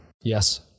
Yes